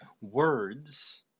words